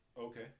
Okay